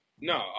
No